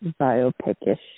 biopic-ish